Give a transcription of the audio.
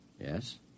Yes